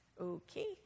Okay